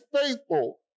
faithful